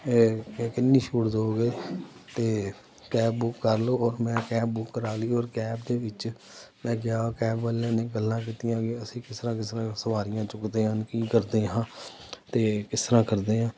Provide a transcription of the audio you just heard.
ਕਿੰਨੀ ਛੂਟ ਦਿਓਗੇ ਤਾਂ ਕੈਬ ਬੁੱਕ ਕਰ ਲਓ ਔਰ ਮੈਂ ਕੈਬ ਬੁੱਕ ਕਰਾ ਲਈ ਔਰ ਕੈਬ ਦੇ ਵਿੱਚ ਮੈਂ ਗਿਆ ਕੈਬ ਵਾਲਿਆਂ ਨੇ ਗੱਲਾਂ ਕੀਤੀਆਂ ਕਿ ਅਸੀਂ ਕਿਸ ਤਰ੍ਹਾਂ ਕਿਸ ਤਰ੍ਹਾਂ ਸਵਾਰੀਆਂ ਚੁੱਕਦੇ ਹਨ ਕੀ ਕਰਦੇ ਹਾਂ ਅਤੇ ਕਿਸ ਤਰ੍ਹਾਂ ਕਰਦੇ ਹਾਂ